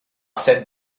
cette